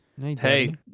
Hey